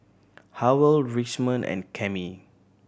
Howell Richmond and Cammie